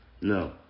no